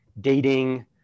dating